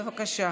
בבקשה.